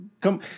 come